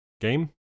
game